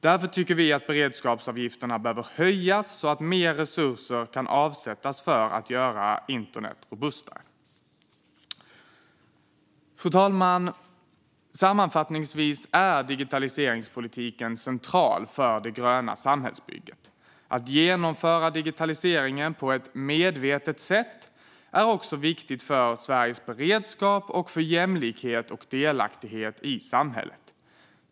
Därför tycker vi att beredskapsavgifterna behöver höjas så att mer resurser kan avsättas för att göra internet robustare. Fru talman! Sammanfattningsvis är digitaliseringspolitiken central för det gröna samhällsbygget. Att genomföra digitaliseringen på ett medvetet sätt är också viktigt för Sveriges beredskap och för jämlikhet och delaktighet i samhället.